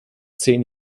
zehn